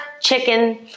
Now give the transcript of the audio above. chicken